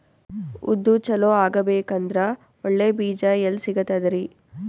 ಉದ್ದು ಚಲೋ ಆಗಬೇಕಂದ್ರೆ ಒಳ್ಳೆ ಬೀಜ ಎಲ್ ಸಿಗತದರೀ?